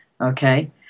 Okay